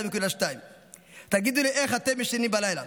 2.2. תגידו לי איך אתם ישנים בלילה?